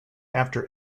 after